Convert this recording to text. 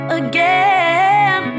again